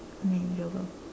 manageable